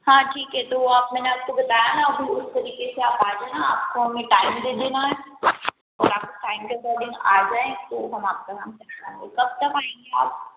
हाँ ठीक है तो वो आप मैंने आपको बताया न अभी उस तरीके के आप आ जाना है आपको हमें टाइम दे देना है और आप लोग टाइम के अकॉर्डिंग आ जाएँ तो हम आपका काम करा देंगे कब तक आएंगे आप